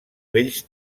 vells